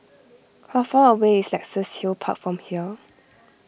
how far away is Luxus Hill Park from here